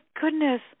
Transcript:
goodness